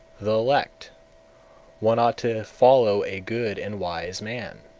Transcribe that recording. the elect one ought to follow a good and wise man,